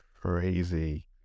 crazy